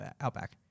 Outback